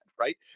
Right